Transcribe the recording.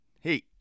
hey